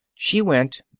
she went,